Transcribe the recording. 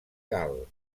gal